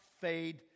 fade